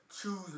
choose